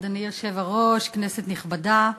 אדוני היושב-ראש, כנסת נכבדה,